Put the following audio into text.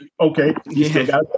Okay